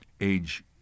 age